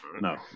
no